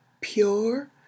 pure